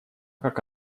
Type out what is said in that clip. как